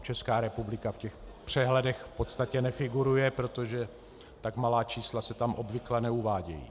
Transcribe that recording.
Česká republika v těch přehledech v podstatě nefiguruje, protože tak malá čísla se tam obvykle neuvádějí.